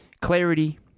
Clarity